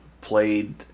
Played